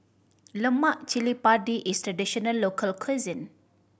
lemak cili padi is traditional local cuisine